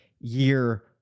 year